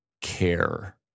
care